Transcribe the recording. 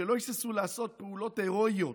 שלא היססו לעשות פעולות הירואיות,